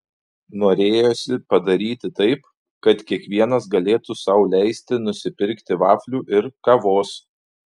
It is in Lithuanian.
norėjosi padaryti taip kad kiekvienas galėtų sau leisti nusipirkti vaflių ir kavos